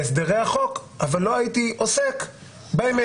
בהסדרי החוק, אבל לא הייתי עוסק באמת.